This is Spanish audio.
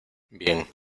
bien